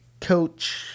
coach